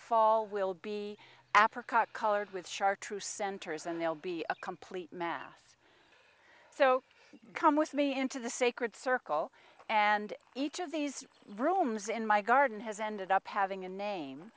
fall will be africa colored with chartreuse centers and they'll be a complete mess so you come with me into the sacred circle and each of these rooms in my garden has ended up having a name